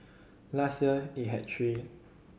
last year it had three